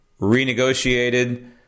renegotiated